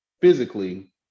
physically